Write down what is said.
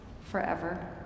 forever